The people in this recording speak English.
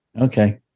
Okay